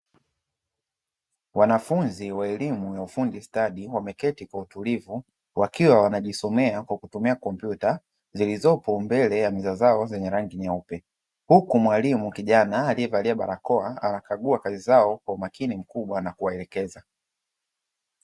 Wanafunzi wa elimu ya ufundi stadi wameketi kwa utulivu, wakiwa wanajisomea kwa kutumia kompyuta zilizopo mbele ya meza zao zenye rangi nyeupe, huku mwalimu kijana aliyevalia barakoa anakagua kazi zao kwa umakini mkubwa na kuwaelekeza.